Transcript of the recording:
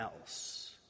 else